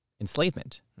enslavement